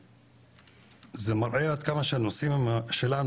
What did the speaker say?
זה מראה עד כמה שהנושאים שלנו,